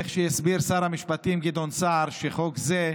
איך שהסביר שר המשפטים גדעון סער, חוק זה,